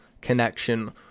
connection